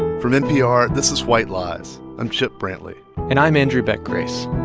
from npr, this is white lies. i'm chip brantley and i'm andrew beck grace